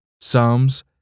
Psalms